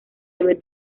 haber